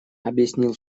объяснил